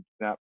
snap